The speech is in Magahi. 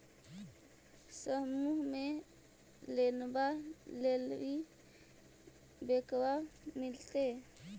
समुह मे लोनवा लेलिऐ है बैंकवा मिलतै?